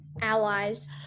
allies